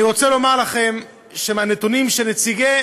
אני רוצה לומר לכם שהנתונים שנציגי